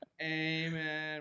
Amen